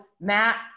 Matt